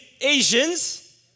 Asians